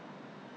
orh